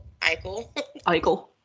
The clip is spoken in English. Eichel